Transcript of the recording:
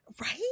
Right